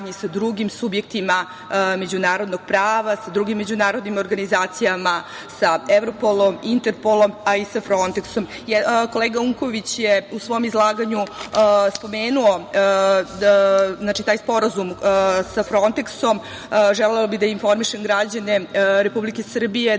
sa drugim subjektima međunarodnog prava, sa drugim međunarodnim organizacijama, sa Evropolom, sa Interpolom, a i sa Fronteksom. Kolega Unković je u svom izlaganju spomenuo taj sporazum sa Fronteksom. Želela bih da informišem građane Republike Srbije